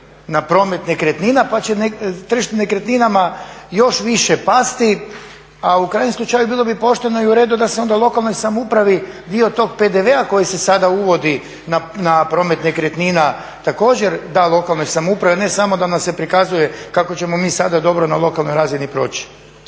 na promet nekretnina pa će tržište nekretninama još više, a u krajnjem slučaju bilo bi pošteno i uredu da se onda lokalnoj samoupravi dio tog PDV koji se sada uvodi na promet nekretnina također da lokalnoj samoupravi, ali ne samo da nam se prikazuje kako ćemo mi sada dobro na lokalnoj razini proći.